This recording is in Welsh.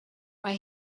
mae